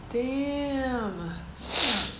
damn